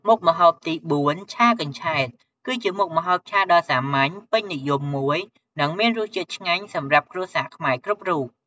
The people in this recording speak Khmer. មុខម្ហូបទីបួន ឆាកញ្ឆែត គឺជាមុខម្ហូបឆាដ៏សាមញ្ញ ពេញនិយមមួយ និងមានរសជាតិឆ្ងាញ់សម្រាប់គ្រួសារខ្មែរគ្រប់រូប។